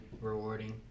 Rewarding